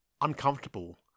uncomfortable